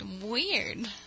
weird